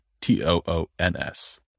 T-O-O-N-S